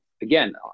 again